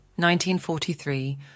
1943